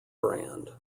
brand